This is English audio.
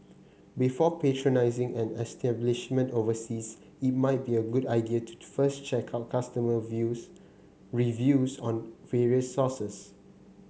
before patronising an establishment overseas it might be a good idea to first check out customer views reviews on various sources